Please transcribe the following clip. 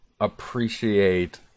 appreciate